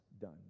done